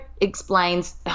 explains